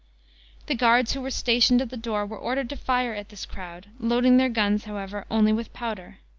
the guards who were stationed at the door were ordered to fire at this crowd, loading their guns, however, only with powder.